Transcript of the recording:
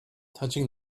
touching